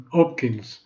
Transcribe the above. Hopkins